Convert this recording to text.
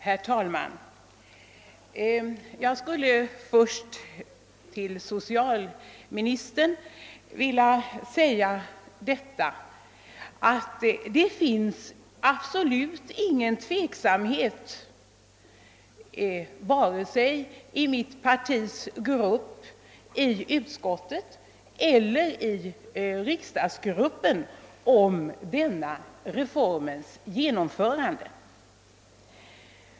Herr talman! Först vill jag säga till socialministern att det varken i mitt partis grupp i utskottet eller i riksdagsgruppen råder någon tveksamhet när det gäller genomförandet av denna reform.